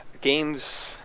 Games